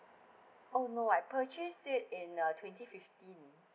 oh no I purchased it in uh twenty fifteen